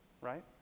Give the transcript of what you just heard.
right